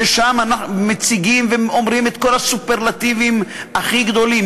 ששם מציגים ואומרים את כל הסופרלטיבים הכי גדולים,